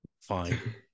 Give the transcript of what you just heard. Fine